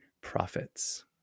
profits